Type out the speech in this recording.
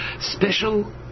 special